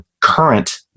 current